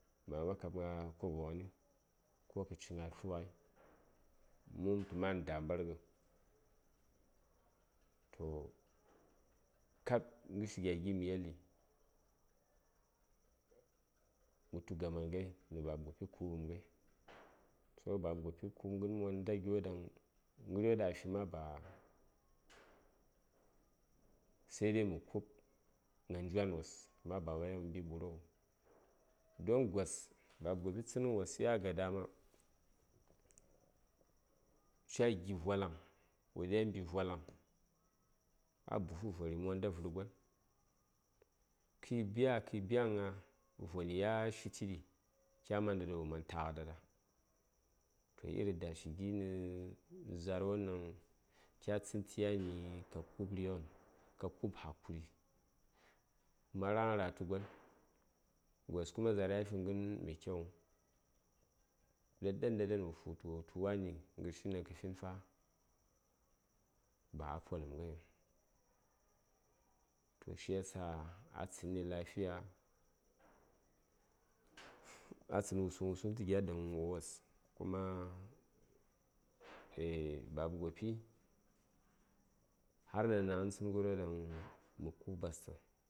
mama kab gna kobo ghani ko kəci gna tlughai mə wupm tu ma:n dambarghə toh kab ghəshi gya gi məyeli dan ə tu gaanghai nə baba gopi ku:bəŋ ghai baba gopi ku:b ghən monda gyoɗaŋ ghəryo ɗaŋ afi ma ba sai mə ku:b gna njwan wos amma ba wai mə mbi ɓuruk huŋ don gos baba gopi tsənghən wos ya gadama ca gi vwalaŋ wo dya mbi vwalaŋ a buhu vari monda vər gon kiyi bya kiyi byaŋha voni ya shiti ɗi kya man wo taghə ɗaɗa toh iri dashi gi za:r won ɗaŋ kya tsən təyani ka ku:b righən ka ku:b hakuri maraghən ra tə gon gos kuma za:r ya fi ghən mai kyawuŋ ɗa ɗan ɗa ɗan wo futə wo wutu wani ghəshin ɗaŋ kə fin fa ba a poləm ghaiŋ toh shi yasa a tsənni lafiya a tsən wusuŋ wusuŋ tə gya yan uwawos kua baba gopi har ɗan ɗanni tsən ghəryo ɗaŋ mə ku:b ɓastə